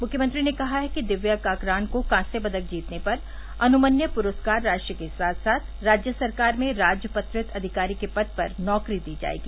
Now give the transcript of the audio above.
मुख्यमंत्री ने कहा है कि दिव्या काकरान को कांस्य पदक जीतने पर अनुमन्य पुरस्कार राशि के साथ साथ राज्य सरकार में राजपत्रित अधिकारी के पद पर नौकरी दी जायेगी